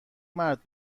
مرد